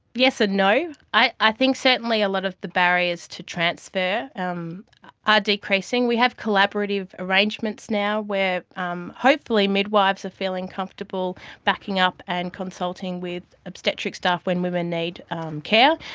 yes and no. i think certainly a lot of the barriers to transfer um are decreasing. we have collaborative arrangements now where um hopefully midwives are feeling comfortable backing up and consulting with obstetric staff when women need um care.